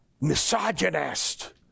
misogynist